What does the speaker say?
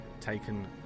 taken